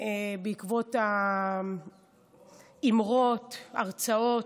בעקבות האמירות, ההרצאות,